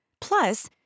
Plus